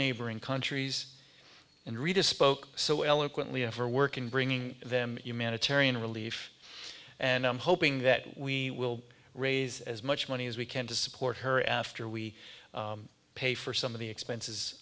neighboring countries and rita spoke so eloquently of her work in bringing them humanitarian relief and i'm hoping that we will raise as much money as we can to support her after we pay for some of the expenses